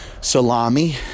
Salami